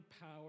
power